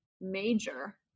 major